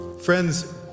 friends